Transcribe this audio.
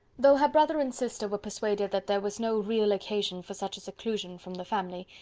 though her brother and sister were persuaded that there was no real occasion for such a seclusion from the family,